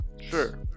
Sure